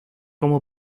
cómo